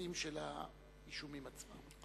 לפרטים של האישומים עצמם.